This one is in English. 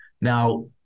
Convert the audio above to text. Now